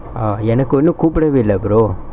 ah எனகொன்னு கூப்டவே இல்ல:enakonnu koopdavae illa brother